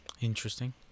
Interesting